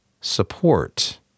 support